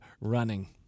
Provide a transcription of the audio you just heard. running